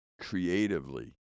creatively